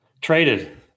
Traded